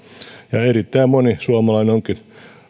ja erittäin moni suomalainen onkin